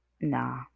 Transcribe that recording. Nah